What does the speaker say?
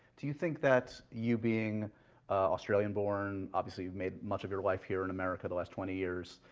do you think that you being australian born, obviously made much of your life here in america, the last twenty years,